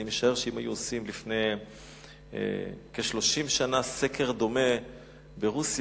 אני משער שאם היו עושים לפני כ-30 שנה סקר דומה ברוסיה,